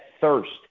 thirst